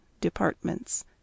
departments